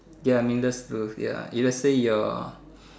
ya meaningless to lose ya if let's say your